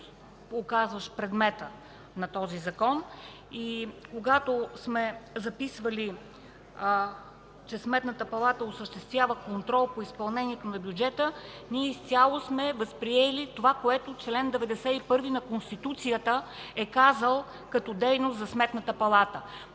оказващ предмета на този закон и когато сме записвали, че Сметната палата осъществява контрол по изпълнението на бюджета, ние изцяло сме възприели това, което чл. 91 на Конституцията е казал като дейност за Сметната палата.